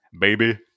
Baby